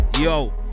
yo